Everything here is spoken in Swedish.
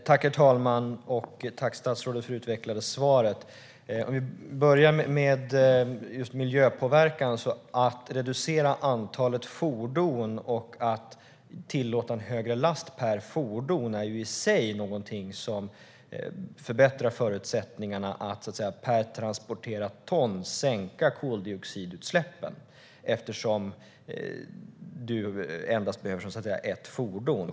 Herr talman! Tack, statsrådet, för det utvecklade svaret! Jag börjar med frågan om miljöpåverkan. Att reducera antalet fordon och att tillåta en tyngre last per fordon är i sig något som förbättrar förutsättningarna att sänka koldioxidutsläppen per transporterat ton eftersom du endast behöver ett fordon.